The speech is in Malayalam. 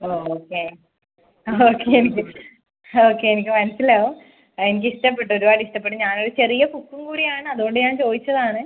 ഓ ഓക്കെ ഓക്കെ ഓക്കെ എനിക്ക് മനസ്സിലാവും ആ എനിക്ക് ഇഷ്ടപ്പെട്ടു ഒരുപാട് ഇഷ്ടപ്പെട്ടു ഞാൻ ഒരു ചെറിയ കുക്കും കൂടി ആണ് അതുകൊണ്ട് ഞാൻ ചോദിച്ചത് ആണ്